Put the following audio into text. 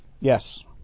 yes